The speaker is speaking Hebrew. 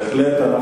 בהחלט,